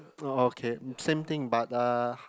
oh okay mm same thing but uh